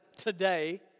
today